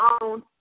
on